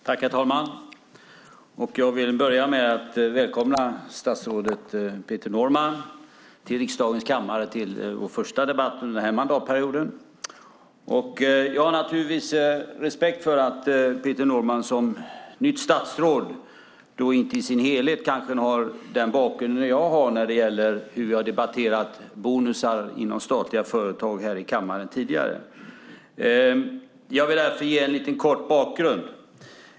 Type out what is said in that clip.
Herr talman! Jag vill börja med att välkomna statsrådet Peter Norman till riksdagens kammare och den första debatten den här mandatperioden. Jag har naturligtvis respekt för att Peter Norman som nytt statsråd inte i sin helhet kanske har den bakgrund jag har när det gäller hur vi har debatterat bonusar inom statliga företag här i kammaren tidigare. Jag vill därför ge en liten kort bakgrund.